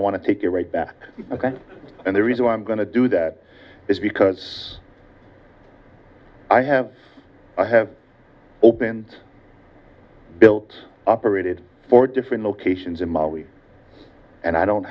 i want to take it right back ok and the reason i'm going to do that is because i have i have opened built operated for different locations in mali and i don't